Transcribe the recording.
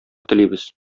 телибез